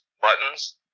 buttons